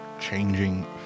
changing